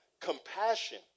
Compassion